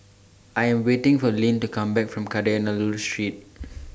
I Am waiting For Lynn to Come Back from Kadayanallur Street